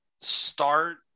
start